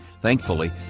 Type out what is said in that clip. Thankfully